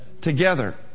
together